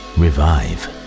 revive